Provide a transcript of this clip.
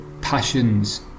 passions